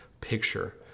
picture